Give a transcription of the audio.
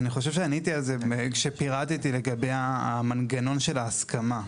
אני חושב שעניתי על זה כשפירטתי לגבי המנגנון של ההסכמה.